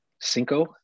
cinco